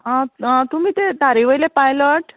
आं तुमी ते तारी वयले पायलट